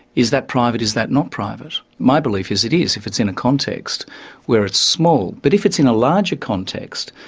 is that private, is that not private? my belief is it is, if it's in a context where it's small, but if it's in a larger context,